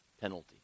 penalty